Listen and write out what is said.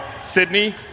Sydney